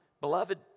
Beloved